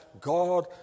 God